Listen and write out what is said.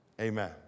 Amen